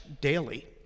daily